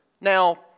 Now